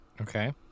Okay